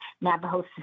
Navajo